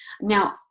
Now